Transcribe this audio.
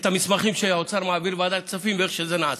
המסמכים שהאוצר מעביר לוועדת כספים ואיך שזה נעשה.